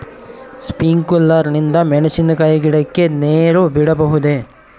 Sprinkler ನಿಂದ ಮೆಣಸಿನಕಾಯಿ ಗಿಡಕ್ಕೆ ನೇರು ಬಿಡಬಹುದೆ?